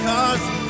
Cause